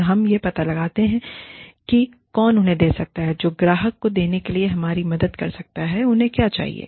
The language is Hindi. और हम यह पता लगाते हैं कि कौन उन्हें दे सकता है जो ग्राहकों को देने में हमारी मदद कर सकता है उन्हें क्या चाहिए